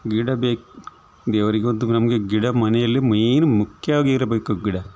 ಗಿಡ ಬೇಕು ದೇವರಿಗೊಂದು ನಮಗೆ ಗಿಡ ಮನೆಯಲ್ಲಿ ಮೇಯ್ನ್ ಮುಖ್ಯವಾಗಿರಬೇಕು ಗಿಡ